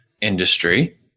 industry